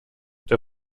der